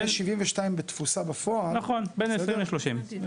בין 72,000 בתפוסה בפועל --- נכון, בין 20 ל-30.